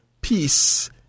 Peace